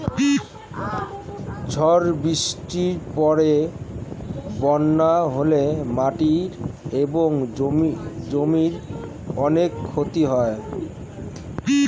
ঝড় বৃষ্টির পরে বন্যা হলে মাটি এবং জমির অনেক ক্ষতি হয়